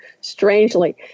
strangely